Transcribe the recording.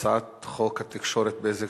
ההצעה להעביר את הצעת חוק התקשורת (בזק